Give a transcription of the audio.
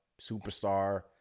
superstar